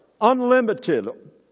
unlimited